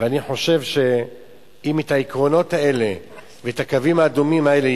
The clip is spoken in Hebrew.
ואני חושב שאת העקרונות והקווים האדומים האלה,